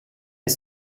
les